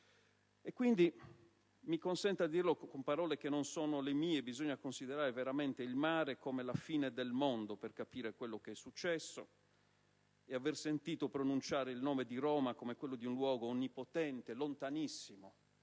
Quindi, mi consenta di dirlo con parole che non sono mie, bisogna considerare veramente "il mare come la fine del mondo per capire quello che è successo" e "aver sentito pronunciare il nome di Roma come quello di un luogo onnipotente e lontanissimo",